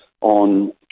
on